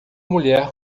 mulher